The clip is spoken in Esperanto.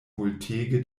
multege